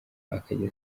akajya